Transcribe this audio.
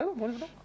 בסדר, בואו נבדוק.